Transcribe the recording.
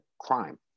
crime